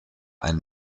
ein